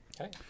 Okay